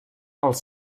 els